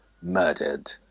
Murdered